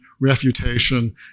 refutation